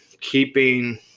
keeping